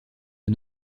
aux